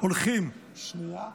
היו הולכים, שנייה,